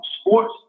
Sports